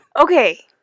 Okay